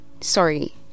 sorry